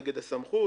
נגד הסמכות,